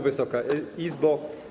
Wysoka Izbo!